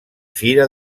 fira